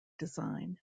design